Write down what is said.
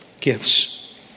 gifts